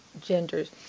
genders